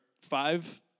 five